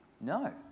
No